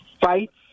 fights